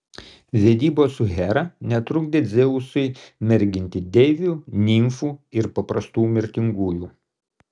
vedybos su hera netrukdė dzeusui merginti deivių nimfų ir paprastų mirtingųjų